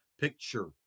picture